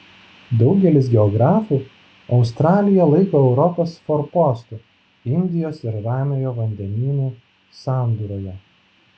daugelis geografų australiją laiko europos forpostu indijos ir ramiojo vandenynų sandūroje